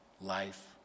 life